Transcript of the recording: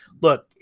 look